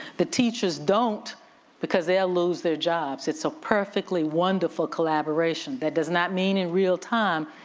the teachers don't because they'll lose their jobs. it's a perfectly wonderful collaboration. that does not mean in real time,